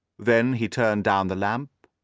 then he turned down the lamp,